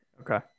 Okay